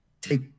take